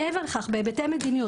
מעבר לכך בהיבטי מדיניות,